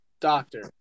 doctor